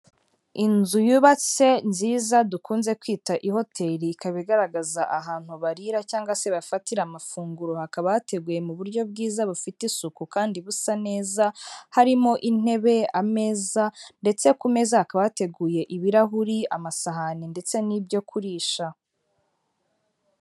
Inzu yubatse nziza dukunze kwita ihoteli ikaba igaragaza ahantu barira cyangwa se bafatira amafunguro, Hakaba hateguye mu buryo bwiza bufite isuku kandi busa neza harimo intebe, ameza ndetse ku meza hakaba hateguye ibirahuri, amasahani ndetse n'ibyo kurisha.